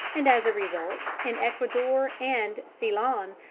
and as a result, in ecuador and ceylon,